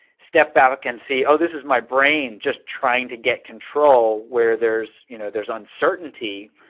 step back, and see, oh, this is my brain just trying to get control where there's you know, there's uncertainty,